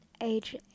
age